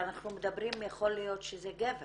זה יכול להיות גבר